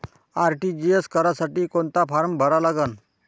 RTGS करासाठी कोंता form भरा लागन?